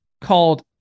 called